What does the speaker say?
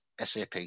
SAP